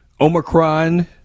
Omicron